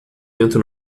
vento